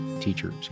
teachers